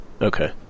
Okay